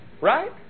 right